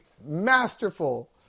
masterful